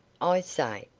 i say,